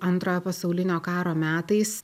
antrojo pasaulinio karo metais